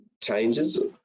changes